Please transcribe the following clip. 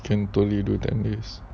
can you do ten days